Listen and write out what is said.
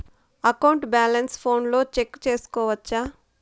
account balance ఫోనులో check సేసుకోవచ్చా